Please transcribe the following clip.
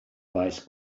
faes